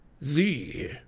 The